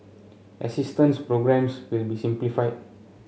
assistance programmes will be simplified